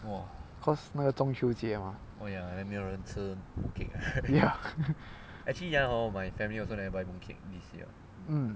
because 那个中秋节 mah ya mm